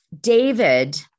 David